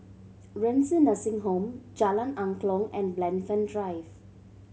Renci Nursing Home Jalan Angklong and Blandford Drive